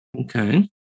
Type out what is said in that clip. Okay